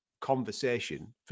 conversation